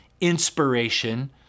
inspiration